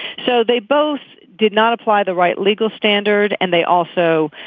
so they both did not apply the right legal standard. and they also